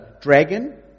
dragon